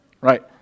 right